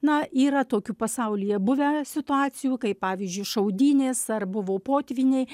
na yra tokių pasaulyje buvę situacijų kai pavyzdžiui šaudynės ar buvo potvyniai